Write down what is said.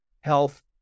health